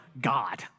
God